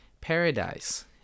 paradise